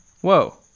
Whoa